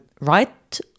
right